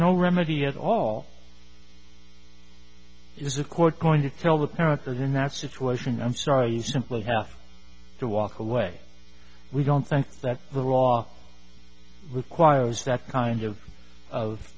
no remedy at all is a court going to tell the parents in that situation i'm sorry you simply have to walk away we don't think that the law requires that kind of of